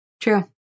True